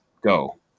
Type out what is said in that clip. Go